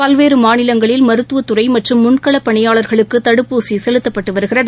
பல்வேறுமாநிலங்களில் மருத்துவத்துறைமற்றும் முன்களப் பணியாளர்களுக்குதடுப்பூசிசெலுத்தப்பட்டுவருகிறது